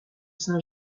saint